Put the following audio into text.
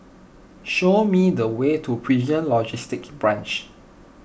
show me the way to Prison Logistic Branch